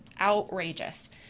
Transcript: outrageous